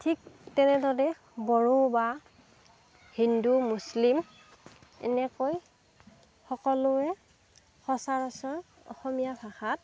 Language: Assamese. ঠিক তেনেদৰে বড়ো বা হিন্দু মুছলিম এনেকৈ সকলোৱে সচৰাচৰ অসমীয়া ভাষাত